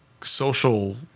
social